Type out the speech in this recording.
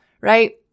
right